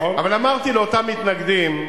אבל אמרתי לאותם מתנגדים: